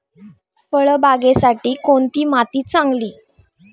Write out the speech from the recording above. फळबागेसाठी कोणती माती चांगली?